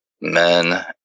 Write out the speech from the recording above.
men